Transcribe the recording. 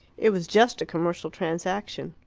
it was just a commercial transaction.